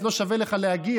אז לא שווה לך להגיע.